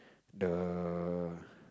the